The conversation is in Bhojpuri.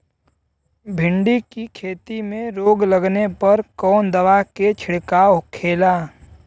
भिंडी की खेती में रोग लगने पर कौन दवा के छिड़काव खेला?